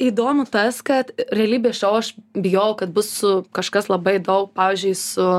įdomu tas kad realybės šou aš bijojau kad bus kažkas labai daug pavyzdžiui su